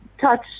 touch